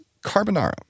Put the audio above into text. carbonara